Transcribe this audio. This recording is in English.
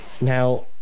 Now